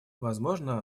возможно